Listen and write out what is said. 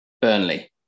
Burnley